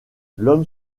l’homme